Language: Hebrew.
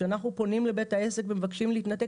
כשאנחנו פונים לבית העסק ומבקשים להתנתק